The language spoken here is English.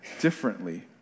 differently